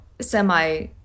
semi